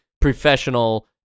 professional